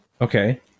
okay